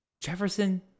Jefferson